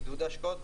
עידוד השקעות,